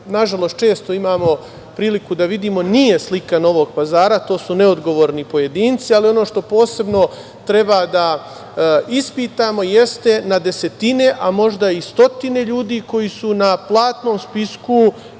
nažalost, često imamo priliku da vidimo nije slika Novog Pazara, to su neodgovorni pojedinci, ali ono što posebno treba da ispitamo jeste na desetina, a možda i stotine ljudi koji su na platnom spisku